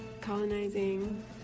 colonizing